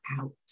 out